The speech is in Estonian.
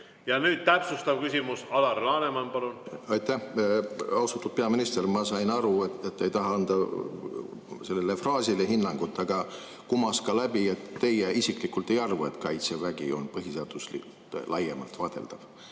Ja nüüd täpsustav küsimus, Alar Laneman, palun! Aitäh! Austatud peaminister! Ma sain aru, et te ei taha anda sellele fraasile hinnangut, aga kumas ka läbi, et teie isiklikult ei arva, et Kaitsevägi on põhiseaduslikult laiemalt vaadeldav.